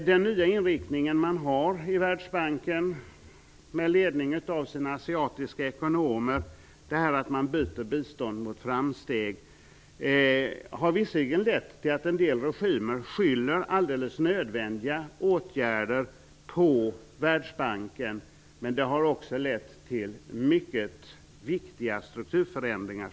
Den nya inriktningen i Världsbanken, där man med ledning av de asiatiska ekonomerna byter bistånd mot framsteg, har visserligen lett till att en del regimer skyller alldeles nödvändiga åtgärder på Världsbanken, men det har också lett till mycket viktiga positiva strukturförändringar.